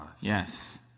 Yes